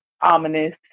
ominous